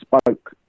spoke